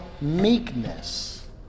meekness